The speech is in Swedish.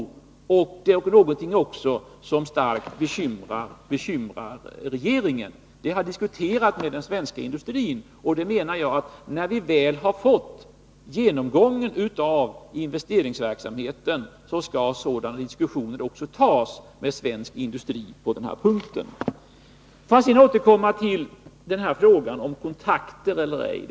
Det är någonting som starkt bekymrar regeringen. När vi väl har gått igenom investeringsverksamheten skall diskussioner föras med den svenska industrin på den här punkten. Får jag sedan återkomma till frågan om kontakter eller ej.